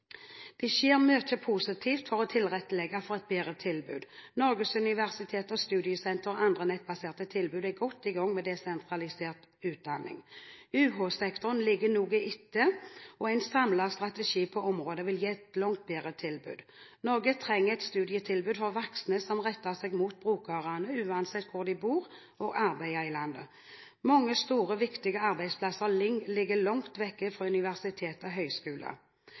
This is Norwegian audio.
Det skjer mye positivt for å tilrettelegge for et bedre tilbud. Norgesuniversitetet, Studiesenteret og andre nettbaserte tilbud er godt i gang med desentralisert utdanning. UH-sektoren ligger noe etter, og en samlet strategi på området vil gi et langt bedre tilbud. Norge trenger et studietilbud for voksne som retter seg mot brukerne, uansett hvor de bor og arbeider i landet. Mange store, viktige arbeidsplasser ligger langt